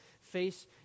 face